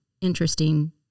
interesting